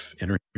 energy